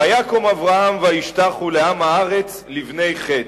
ויקם אברהם וישתחו לעם הארץ לבני חת.